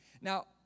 Now